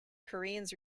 koreans